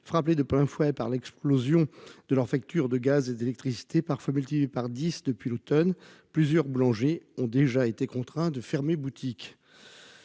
frappés de plein fouet par l'explosion de leur facture de gaz et d'électricité par feu multiplie par 10 depuis l'Automne plusieurs boulangers ont déjà été contraints de fermer boutique.